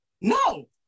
No